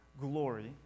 glory